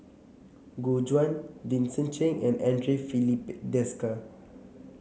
Gu Juan Vincent Cheng and Andre Filipe Desker